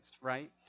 right